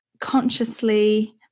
consciously